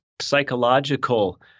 psychological